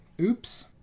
Oops